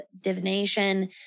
divination